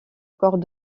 corps